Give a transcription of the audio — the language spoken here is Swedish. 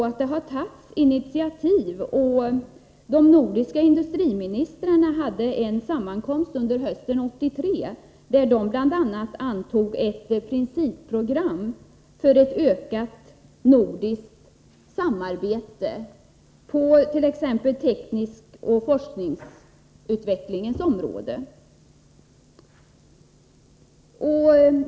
Initiativ har faktiskt tagits; de nordiska industriministrarna hade en sammankomst hösten 1983, då de bl.a. antog ett principprogram för ett ökat nordiskt samarbete på t.ex. det tekniska området och forskningsutvecklingsområdet.